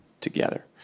together